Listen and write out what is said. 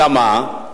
אלא מה?